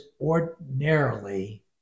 ordinarily